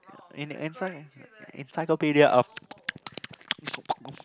en~ encyclopedia of